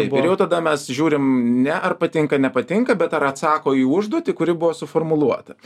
ir jau tada mes žiūrim ne ar patinka nepatinka bet ar atsako į užduotį kuri buvo suformuluota